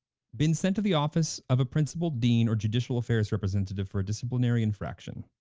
been sent to the office of a principal, dean or judicial affairs representative for a disciplinary infraction.